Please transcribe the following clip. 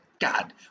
God